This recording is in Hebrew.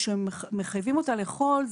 כשמחייבים אותה לאכול,